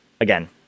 again